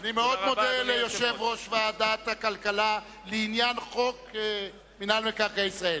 אני מאוד מודה ליושב-ראש ועדת הכלכלה לעניין חוק מינהל מקרקעי ישראל.